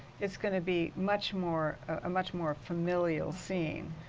it's going to be much more ah much more familiar scene.